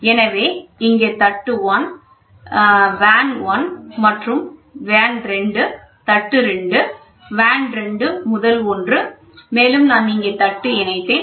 எனவே இங்கே தட்டு1 வேன் 1 மற்றும் வேன்2 தட்டு 2 வேன் 2 முதல் ஒன்றுமேலும் நான் இங்கே தட்டு இணைத்தேன்